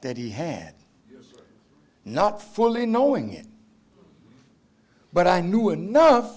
that he had not fully knowing it but i knew enough